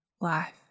life